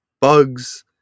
bugs